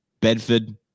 Bedford